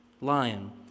lion